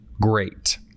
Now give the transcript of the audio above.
great